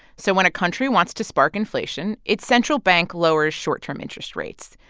so when a country wants to spark inflation, its central bank lowers short-term interest rates,